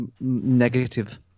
negative